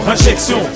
injection